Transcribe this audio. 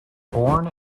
born